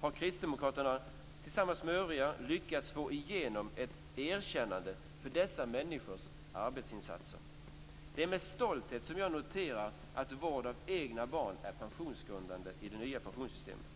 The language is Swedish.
har Kristdemokraterna tillsammans med övriga lyckats få igenom ett erkännande vad gäller dessa människors arbetsinsatser. Det är med stolthet som jag noterar att vård av egna barn är pensionsgrundande i det nya pensionssystemet.